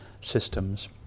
systems